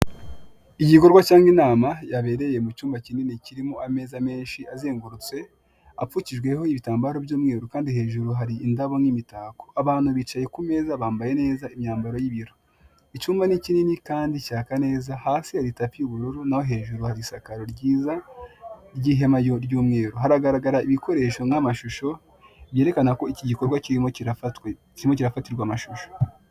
Igikorwa cyangwa inama yabereye mu cyumba kinini kirimo ameza menshi azengurutse, apfukishijweho ibitambaro by'umweru kandi hejuru hari indabo n'imitako. Abantu bicaye neza kandi bambaye neza, imyambaro y'iniro. Icyumba ni kinini kandi cyana neza, hasi hari tapi y'ubururu no hejuru hari isakaro ryiza ry'ihema ry'umweru. Haragaragara ibikoresho nk'amashusho, byerekana ko iki gikirwa kirimo kirafatirwa amashusho.